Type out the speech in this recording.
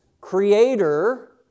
creator